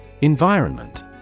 Environment